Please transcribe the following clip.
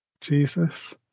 Jesus